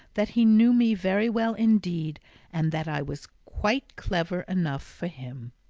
that he knew me very well indeed and that i was quite clever enough for him.